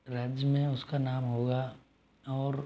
राज्य में उसका नाम होगा और